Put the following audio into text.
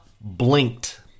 blinked